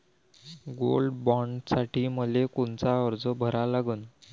Gold बॉण्डसाठी मले कोनचा अर्ज भरा लागन?